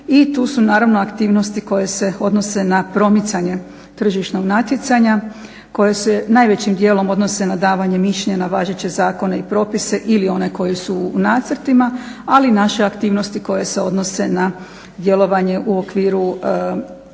i tu su naravno aktivnosti koje se odnose na promicanje tržišnog natjecanja koje se najvećim dijelom odnose na davanje mišljenja, na važeće zakone i propise ili one koje su u nacrtima, ali i naše aktivnosti koje se odnose na djelovanje u okviru,